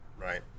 right